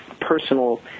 personal